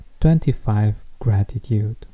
25GRATITUDE